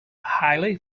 highly